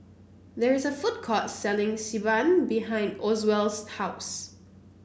there is a food court selling Xi Ban behind Oswald's house